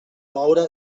moure